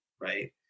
right